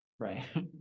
Right